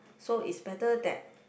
so is better that